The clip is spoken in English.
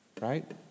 right